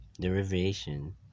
derivation